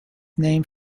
name